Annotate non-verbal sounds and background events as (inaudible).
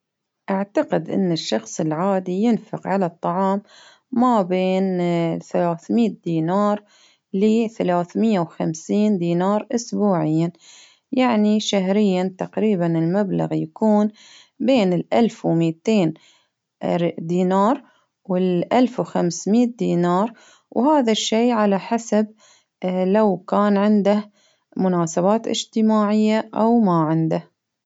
أعتقد إن الشخص العادي ينفق على الطعام ما بين (hesitation) ثلاث مئة دينار لثلاث مئة وخمسين دينار إسبوعيا، يعني شهريا تقريبا المبلغ يكون بين الألف وميتين (hesitation) دينار والألف وخمسمائة دينار، وهذا الشي على حسب (hesitation) لو كان عنده مناسبات إجتماعية أو ما عنده.